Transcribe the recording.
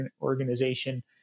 organization